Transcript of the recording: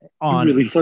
On